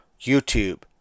YouTube